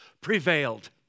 prevailed